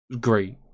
Great